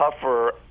tougher